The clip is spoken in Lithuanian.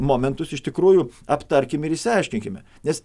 momentus iš tikrųjų aptarkim ir išsiaiškinkime nes